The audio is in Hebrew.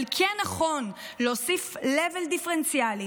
אבל כן נכון להוסיף level דיפרנציאלי.